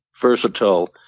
versatile